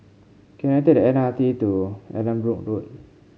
can I take the M R T to Allanbrooke Road